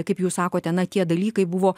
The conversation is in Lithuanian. kaip jūs sakote na tie dalykai buvo